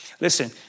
listen